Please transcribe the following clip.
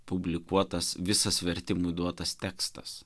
publikuotas visas vertimui duotas tekstas